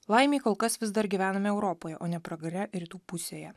laimei kol kas vis dar gyvename europoje o ne pragare rytų pusėje